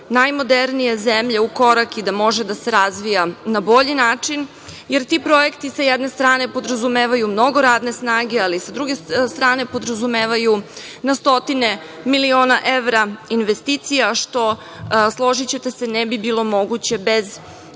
najmodernije zemlje u korak i da može da se razvija na bolji način, jer ti projekti sa jedne strane podrazumevaju mnogo radne snage, ali sa druge strane podrazumevaju na stotine miliona evra investicije, a što, složićete se, ne bi bilo moguće bez